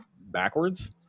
backwards